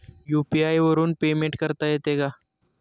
UPI वरून payment करता येते का?